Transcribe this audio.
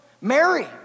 Mary